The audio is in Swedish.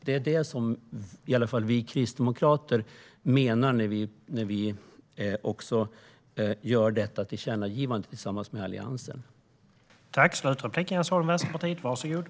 Det är det som i alla fall vi kristdemokrater menar när vi gör detta tillkännagivande tillsammans med övriga i Alliansen.